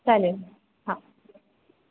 चालेल हां